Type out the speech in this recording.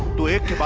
do it